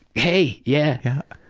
hey, yeah,